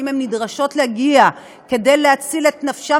שאם הן נדרשות להגיע כדי להציל את נפשן